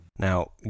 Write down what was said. Now